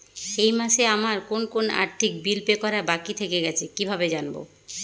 এই মাসে আমার কোন কোন আর্থিক বিল পে করা বাকী থেকে গেছে কীভাবে জানব?